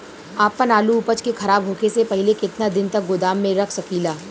आपन आलू उपज के खराब होखे से पहिले केतन दिन तक गोदाम में रख सकिला?